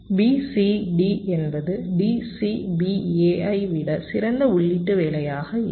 b c d என்பது d c b a ஐ விட சிறந்த உள்ளீட்டு வேலையாக இருக்கும்